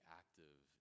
active